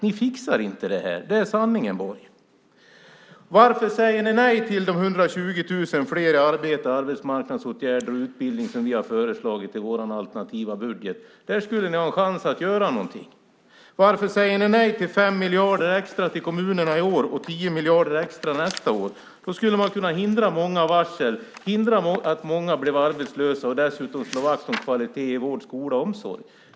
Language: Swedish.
Ni fixar inte det här. Det är sanningen, Borg. Varför säger ni nej till de 120 000 fler i arbete, arbetsmarknadsåtgärder och utbildning som vi har föreslagit i vår alternativa budget? Där skulle ni ha en chans att göra någonting. Varför säger ni nej till 5 miljarder extra till kommunerna i år och 10 miljarder extra nästa år? Då skulle man kunna hindra många varsel, hindra många från att bli arbetslösa och dessutom slå vakt om kvalitet i vård, skola och omsorg.